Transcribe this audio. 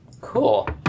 Cool